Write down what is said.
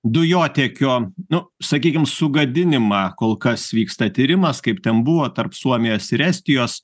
dujotiekio nu sakykim sugadinimą kol kas vyksta tyrimas kaip ten buvo tarp suomijos ir estijos